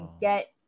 get